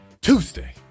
Tuesday